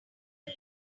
air